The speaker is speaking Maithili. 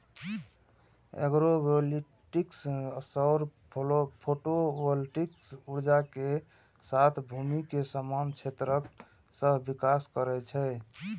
एग्रोवोल्टिक्स सौर फोटोवोल्टिक ऊर्जा के साथ भूमि के समान क्षेत्रक सहविकास करै छै